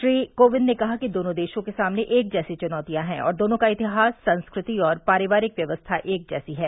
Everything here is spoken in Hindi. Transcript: श्री कोविंद ने कहा कि दोनों देशों के सामने एक जैसी चुनौतियां हैं और दोनों का इतिहास संस्कृति और पारिवारिक व्यवस्था एक जैसी हैं